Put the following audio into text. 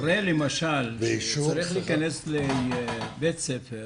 מורה שצריך להיכנס לבית ספר